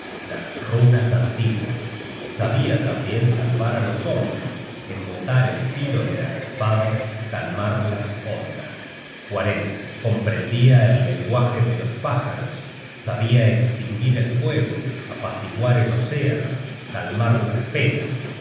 las runas antiguas sabia tambien salvar á los hombres embotar el filo de la espada calmar las ondas comprendia el lenguaje de los pájaros navegaron la irlanda probablemente el velo nupcial content from google book search generated at sabia estinguir el fuego apaciguar el océano calmar las penas